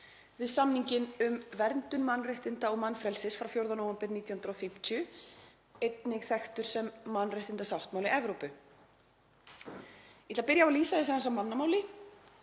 við samninginn um verndun mannréttinda og mannfrelsis frá 4. nóvember 1950, einnig þekktan sem mannréttindasáttmála Evrópu. Ég ætla að byrja á að lýsa þessu aðeins á mannamáli.